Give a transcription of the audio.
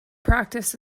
practice